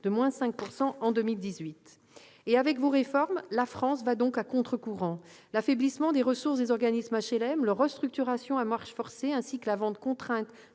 de 5 % en 2018. Avec vos réformes, la France est à contre-courant. L'affaiblissement des ressources des organismes d'HLM, leur restructuration à marche forcée ainsi que la vente contrainte